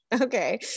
okay